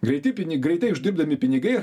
greiti pinigai tai uždirbdami pinigai